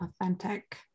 authentic